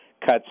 Cuts